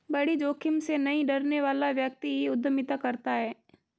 बड़ी जोखिम से नहीं डरने वाला व्यक्ति ही उद्यमिता करता है